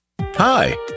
Hi